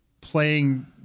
playing